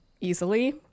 easily